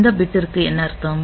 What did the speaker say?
இந்த பிட் ற்கு என்ன அர்த்தம்